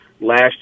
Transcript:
last